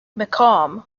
macomb